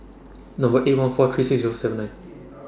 Number eight one four three six Zero seven nine